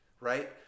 right